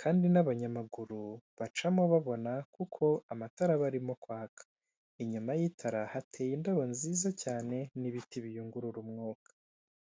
kandi n'abanyamaguru bacamo babona kuko amatara aba arimo kwaka inyuma y'itara hateye indabo nziza cyane n'ibiti biyungurura umwuka.